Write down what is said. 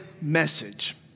message